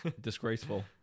Disgraceful